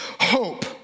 hope